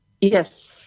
Yes